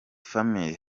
family